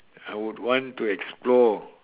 I would want to explore